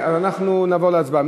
אז אנחנו נעבור להצבעה.